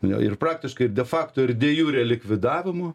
ne ir praktiškai ir de fakto ir dėl jų relikvidavimo